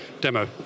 demo